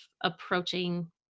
approaching